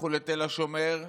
לכו לתל השומר,